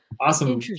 Awesome